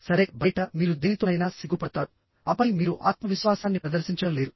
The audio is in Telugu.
సరే బయట మీరు దేనితోనైనా సిగ్గుపడతారు ఆపై మీరు ఆత్మవిశ్వాసాన్ని ప్రదర్శించడం లేదు